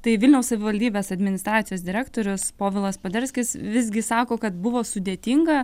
tai vilniaus savivaldybės administracijos direktorius povilas poderskis visgi sako kad buvo sudėtinga